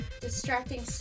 distracting